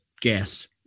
guess